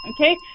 okay